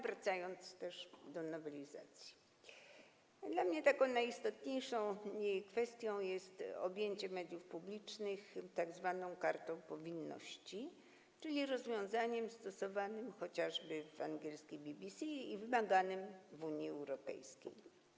Wracając do nowelizacji, to dla mnie taką najistotniejszą kwestią jest objęcie mediów publicznych tzw. kartą powinności, czyli rozwiązaniem stosowanym chociażby w angielskiej BBC i wymaganym w Unii Europejskiej.